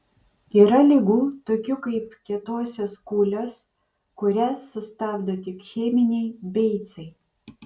yra ligų tokių kaip kietosios kūlės kurias sustabdo tik cheminiai beicai